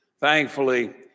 Thankfully